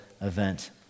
event